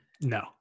no